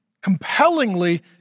compellingly